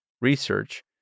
research